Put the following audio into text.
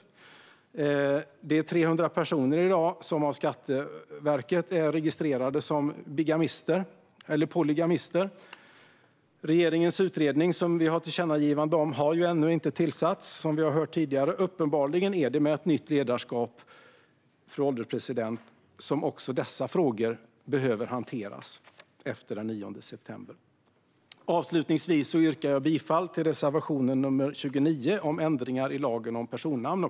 Det är i dag 300 personer som av Skatteverket är registrerade som bigamister eller polygamister. Regeringens utredning, som vi har ett tillkännagivande om, har ännu inte tillsatts. Uppenbarligen är det med ett nytt ledarskap som också dessa frågor behöver hanteras efter den 9 september. Avslutningsvis yrkar jag också bifall till reservation 29 om ändringar i lagen om personnamn.